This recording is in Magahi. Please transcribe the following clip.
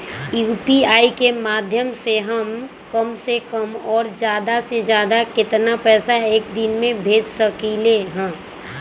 यू.पी.आई के माध्यम से हम कम से कम और ज्यादा से ज्यादा केतना पैसा एक दिन में भेज सकलियै ह?